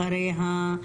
אחריה,